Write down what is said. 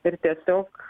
ir tiesiog